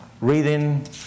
reading